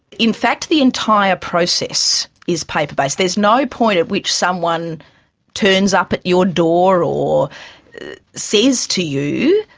in fact the entire process is paper-based. there's no point at which someone turns up at your door or says to you,